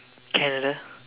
Canada